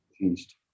changed